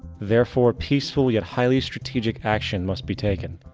therefore, peacefully a highly strategic action must be taken.